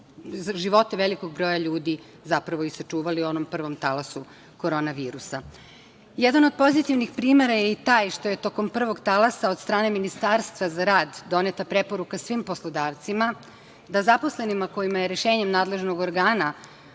smo veliki broj života ljudi zapravo i sačuvali u onom prvom talasu korona virusa. Jedan od pozitivnih primera je i taj što je t okom prvog talasa od strane Ministarstva za rad doneta preporuka svim poslodavcima da zaposlenima kojima je rešenjem nadležnog organa